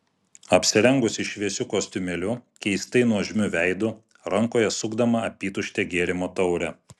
apsirengusi šviesiu kostiumėliu keistai nuožmiu veidu rankoje sukdama apytuštę gėrimo taurę